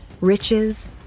riches